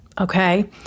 Okay